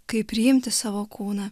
kaip priimti savo kūną